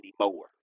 anymore